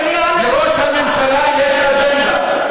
לראש הממשלה יש אג'נדה,